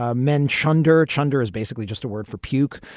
ah men chunder chunder is basically just a word for puke.